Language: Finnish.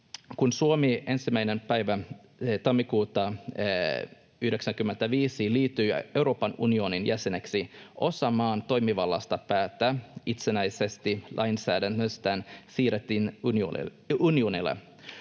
Kun Suomi 1. päivä tammikuuta 95 liittyi Euroopan unionin jäseneksi, osa maan toimivallasta päättää itsenäisesti lainsäädännöstään siirrettiin unionille.